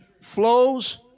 flows